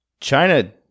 China